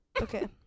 Okay